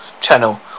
channel